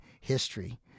history